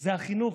היה החינוך.